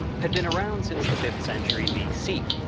had been around since the fifth century b c.